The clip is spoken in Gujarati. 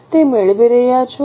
તે મેળવી રહ્યા છો